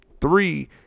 Three